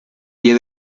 pie